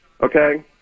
Okay